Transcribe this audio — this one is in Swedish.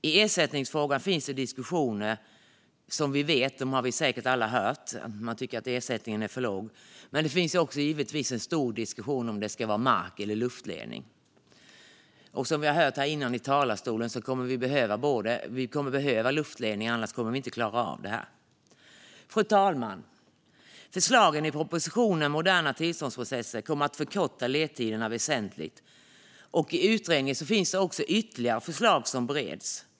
I ersättningsfrågan finns det, som vi vet, diskussioner. Dem har vi säkert alla hört. Man tycker att ersättningen är för låg. Men det finns givetvis också en stor diskussion om huruvida det ska vara mark eller luftledning. Som vi har hört här från talarstolen kommer vi att behöva båda. Vi kommer att behöva luftledning. Annars kommer vi inte att klara av det här. Fru talman! Förslagen i propositionen Moderna tillståndsprocesser för elnät kommer att förkorta ledtiderna väsentligt, och i utredningen finns det ytterligare förslag som bereds.